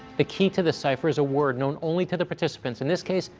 the key to the cipher is a word known only to the participants, in this case,